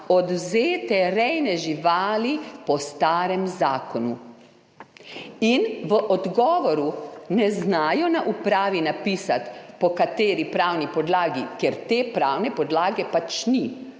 odvzete rejne živali po starem zakonu. In v odgovoru na upravi ne znajo napisati, po kateri pravni podlagi, ker te pravne podlage pač ni.